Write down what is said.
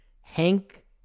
hank